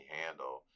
handle